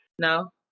no